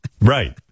right